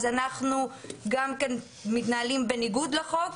אז אנחנו גם כן מתנהלים בניגוד לחוק,